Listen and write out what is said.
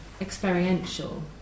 experiential